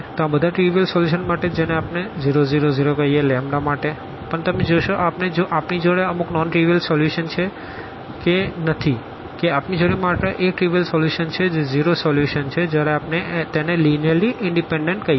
તો બધા trivial solution માટે જેને આપણે 0 0 0 કહીએ લેમ્બ્ડા માટેપણ તમે જોશો આપણી જોડે અમુક નોન ટ્રીવિઅલ સોલ્યુશન છે કે નથી કે આપણી જોડે માત્ર એક ટ્રીવિઅલ સોલ્યુશન છે જે ઝીરો સોલ્યુશન છે જયારે આપણે તેને લીનીઅર્લી ઇનડીપેનડન્ટ કહીએ છે